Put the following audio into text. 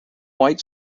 white